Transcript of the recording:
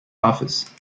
office